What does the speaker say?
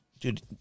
Dude